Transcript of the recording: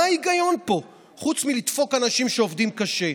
מה ההיגיון פה חוץ מלדפוק אנשים שעובדים קשה?